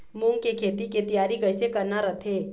मूंग के खेती के तियारी कइसे करना रथे?